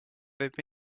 võib